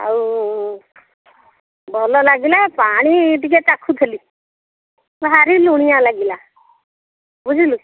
ଆଉ ଭଲ ଲାଗିଲା ପାଣି ଟିକେ ଚାଖୁଥିଲି ଭାରି ଲୁଣିଆ ଲାଗିଲା ବୁଝିଲୁ